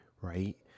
right